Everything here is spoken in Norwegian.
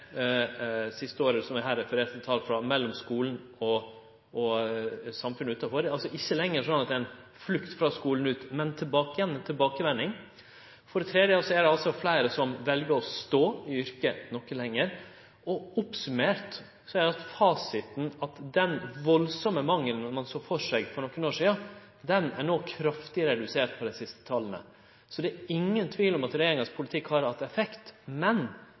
er altså ikkje lenger ei flukt frå skulen, men ei tilbakevending. For det tredje er det altså fleire som vel å stå i yrket noko lenger. Oppsummert er fasiten at den veldige mangelen ein såg føre seg for nokre år sidan, er kraftig redusert med dei siste tala. Så det er ingen tvil om at regjeringa sin politikk har hatt effekt, men